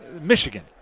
Michigan